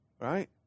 right